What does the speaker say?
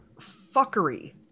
fuckery